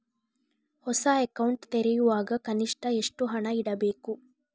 ಹೊಸ ಅಕೌಂಟ್ ತೆರೆಯುವಾಗ ಕನಿಷ್ಠ ಎಷ್ಟು ಹಣ ಇಡಬೇಕು?